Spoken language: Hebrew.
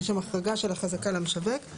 יש הם החרגה של החזקה למשווק.